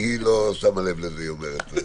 כי היא לא שמה לב לזה, היא אומרת.